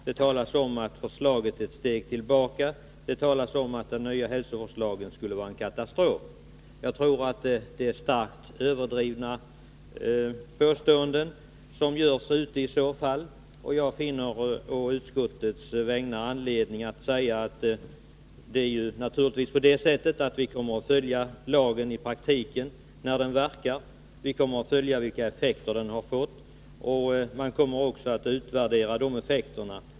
Det talas om att förslaget är ett steg tillbaka, att den nya hälsovårdslagen skulle vara en katastrof. Jag tror att det är starkt överdrivna påståenden som görs ute i landet. Jag finner anledning att på utskottets vägnar säga att vi naturligtvis kommer att följa lagens verkningar i praktiken. Vi kommer att följa de effekter lagen får och även utvärdera de effekterna.